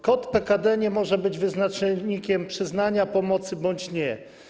Kod PKD nie może być wyznacznikiem przyznania pomocy bądź nie.